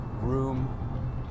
room